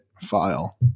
file